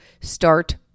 start